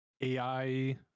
AI